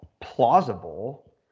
plausible